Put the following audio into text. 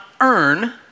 earn